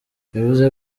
yavuze